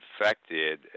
infected